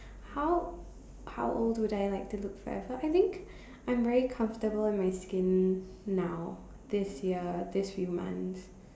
how how old would I like to look forever I think I'm very comfortable in my skin now this year this few months